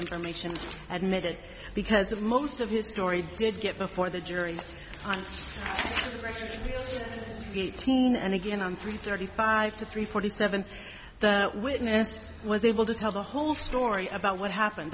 information admitted because of most of his story did get before the jury on the teen and again on three thirty five to three forty seven that witness was able to tell the whole story about what happened